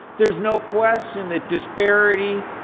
there's no question that disparity,